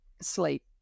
sleep